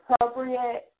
appropriate